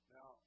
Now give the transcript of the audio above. Now